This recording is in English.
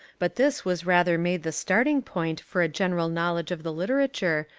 but this was rather made the start ing point for a general knowledge of the liter ature,